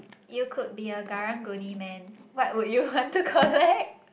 you could be a Karang Guni man what would you want to collect